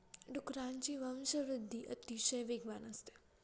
डुकरांची वंशवृद्धि अतिशय वेगवान असते